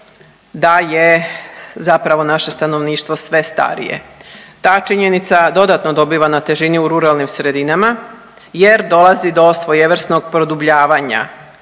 da je zapravo naše stanovništvo sve starije. Ta činjenica dodatno dobiva na težini u ruralnim sredinama jer dolazi do svojevrsnog produbljavanja